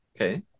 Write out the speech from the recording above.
okay